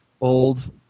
old